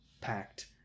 Packed